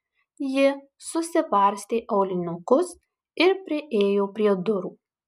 ji susivarstė aulinukus ir priėjo prie durų